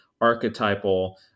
archetypal